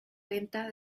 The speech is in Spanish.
venta